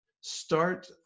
Start